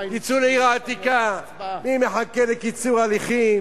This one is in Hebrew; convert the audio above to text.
תצאו לעיר העתיקה, מי מחכה לקיצור הליכים?